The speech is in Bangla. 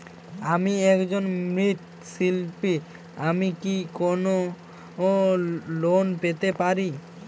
আমি একজন মৃৎ শিল্পী আমি কি কোন লোন পেতে পারি?